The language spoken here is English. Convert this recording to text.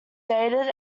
dated